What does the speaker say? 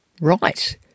Right